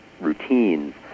routines